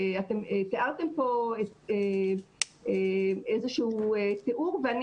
אתם תיארתם פה איזשהו תיאור ואני